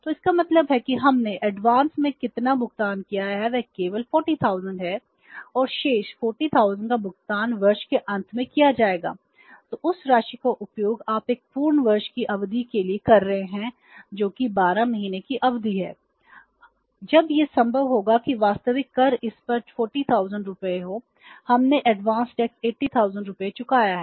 तो इसका मतलब है कि हमने अग्रिम 80000 रुपये चुकाया है